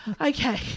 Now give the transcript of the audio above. Okay